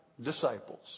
disciples